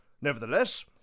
Nevertheless